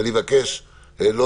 ואני מבקש לא